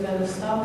אדוני השר,